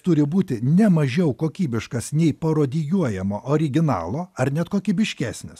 turi būti ne mažiau kokybiškas nei parodijuojamo originalo ar net kokybiškesnis